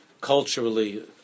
culturally